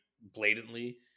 blatantly